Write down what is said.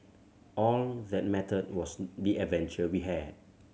all that mattered was the adventure we had